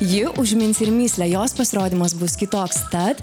ji užmins ir mįslę jos pasirodymas bus kitoks tad